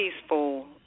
peaceful